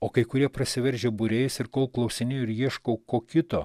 o kai kurie prasiveržė būriais ir kol klausinėju ir ieškau ko kito